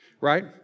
right